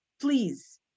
please